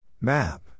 Map